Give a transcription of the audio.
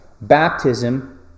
baptism